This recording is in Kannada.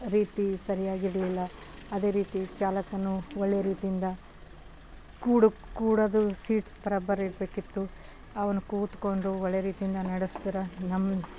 ರೀತಿ ಸರಿಯಾಗಿರಲಿಲ್ಲ ಅದೇ ರೀತಿ ಚಾಲಕನೂ ಒಳ್ಳೆ ರೀತಿಯಿಂದ ಕೂಡು ಕೂಡೋದು ಸೀಟ್ಸ್ ಬರೋಬ್ಬರಿರಬೇಕಿತ್ತು ಅವನು ಕೂತ್ಕೊಂಡು ಒಳ್ಳೆ ರೀತಿಯಿಂದ ನಡೆಸಿದ್ರ ನಮ್ಮ